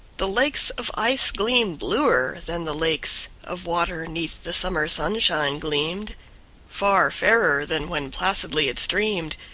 the lakes of ice gleam bluer than the lakes of water neath the summer sunshine gleamed far fairer than when placidly it streamed,